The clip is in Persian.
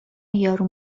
یارو